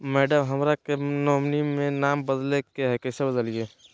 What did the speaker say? madam, हमरा के nominee में नाम बदले के हैं, कैसे बदलिए